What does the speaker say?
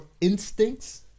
instincts